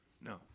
No